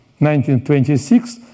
1926